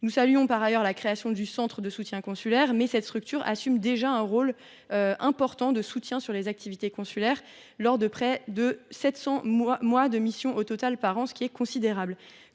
nous saluons, par ailleurs, la création du centre de soutien consulaire, cette structure assume déjà un rôle de soutien important des activités consulaires, correspondant à près de 700 mois de mission au total par an, ce qui est considérable.